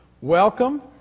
Welcome